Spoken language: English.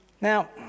Now